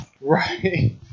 right